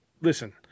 Listen